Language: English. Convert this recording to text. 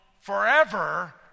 forever